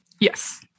Yes